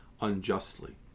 unjustly